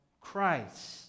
Christ